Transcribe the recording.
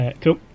Cool